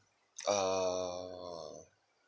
ah